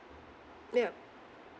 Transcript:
ya